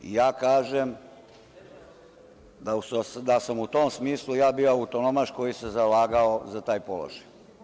Ja kažem da sam u tom smislu ja bio autonomaš koji se zalagao za taj položaj.